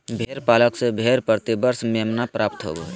भेड़ पालक के भेड़ से प्रति वर्ष मेमना प्राप्त होबो हइ